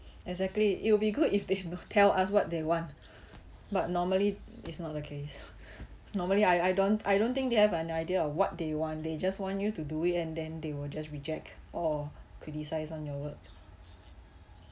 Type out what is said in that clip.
exactly it will be good if they know tell us what they want but normally it's not the case normally I I don't I don't think they have an idea of what they want they just want you to do it and then they will just reject or criticise on your work